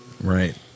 Right